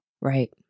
Right